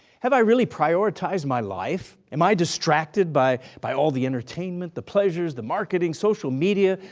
have i really prioritized my life? am i distracted by by all the entertainment, the pleasures, the marketing, social media,